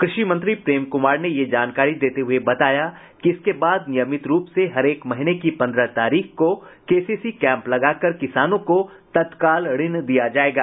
कृषि मंत्री प्रेम कुमार ने ये जानकारी देते हुए बताया कि इसके बाद नियमित रूप से हरेक महीने की पंद्रह तारीख को केसीसी कैंप लगाकर किसानों को तत्काल ऋण दिया जायेगा